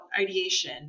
ideation